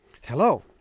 Hello